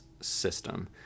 system